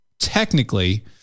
Technically